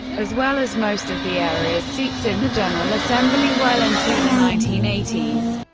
as well as most of the area's seats in the general assembly, well into the nineteen eighty s.